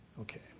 okay